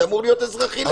זה אמור להיות אזרחי לגמרי.